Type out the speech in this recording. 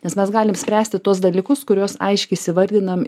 nes mes galim spręsti tuos dalykus kuriuos aiškiai įsivardinam